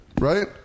right